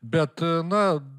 bet na